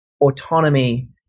autonomy